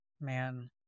man